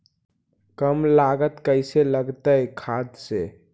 कम लागत कैसे लगतय खाद से?